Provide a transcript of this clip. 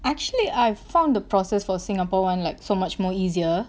actually I've found the process for singapore [one] like so much more easier